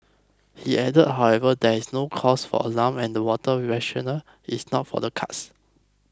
he added however that there is no cause for alarm and that water rationing is not for the cards